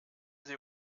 sie